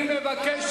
אני מבקש